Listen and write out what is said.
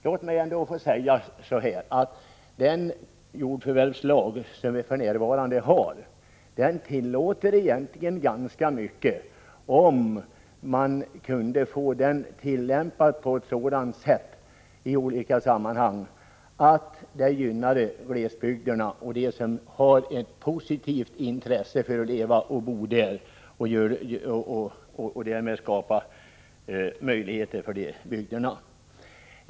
Låt mig få säga att den jordförvärvslag som vi för närvarande har egentligen tillåter ganska mycket, om den i olika sammanhang tillämpas på ett sådant sätt att det gynnar glesbygden och dem som har ett positivt intresse för att leva och bo där och därmed skapa möjligheter för bygden.